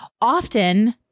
often